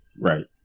Right